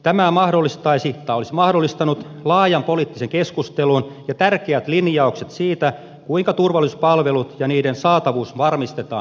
tämä olisi mahdollistanut laajan poliittisen keskustelun ja tärkeät linjaukset siitä kuinka turvallisuuspalvelut ja niiden saatavuus varmistetaan